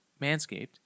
manscaped